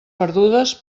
perdudes